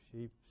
sheep